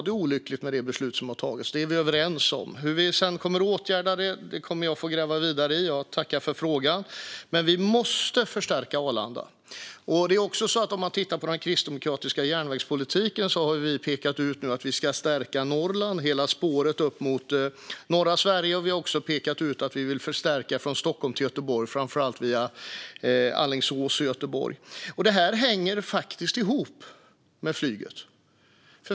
Det beslut som togs där var olyckligt; det är vi överens om. Hur vi sedan ska åtgärda det kommer jag att få gräva vidare i - jag tackar för frågan. Vi måste förstärka Arlanda. Tittar man på den kristdemokratiska järnvägspolitiken ser man att vi har pekat på att vi ska stärka Norrland, hela spåret upp mot norra Sverige, och vi har också pekat på att vi vill förstärka från Stockholm till Göteborg, framför allt från Alingsås till Göteborg. Detta hänger faktiskt ihop med flyget.